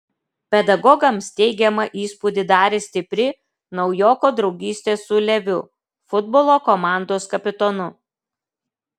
pedagogams teigiamą įspūdį darė stipri naujoko draugystė su leviu futbolo komandos kapitonu